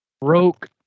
broke